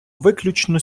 виключно